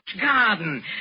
garden